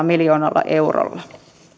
miljoonalla eurolla